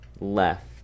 left